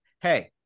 hey